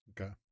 okay